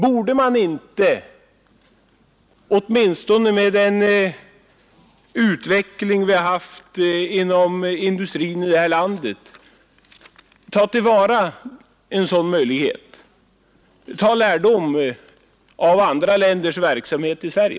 Borde man inte, åtminstone med den utveckling vi har haft inom industrin här i landet, ta till vara en sådan möjlighet och ta lärdom av andra länders verksamhet i Sverige?